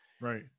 right